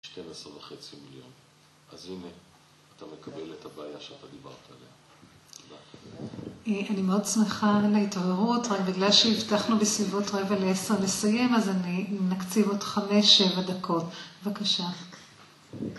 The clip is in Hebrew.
12 וחצי מיליון, אז הנה, אתה מקבל את הבעיה שאתה דיברת עליה, תודה. -אני מאוד שמחה על ההתעוררות, רק בגלל שהבטחנו בסביבות רבע לעשר נסיים, אז אני, נקציב עוד חמש-שבע דקות, בבקשה.